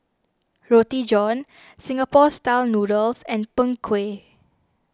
Roti John Singapore Style Noodles and Png Kueh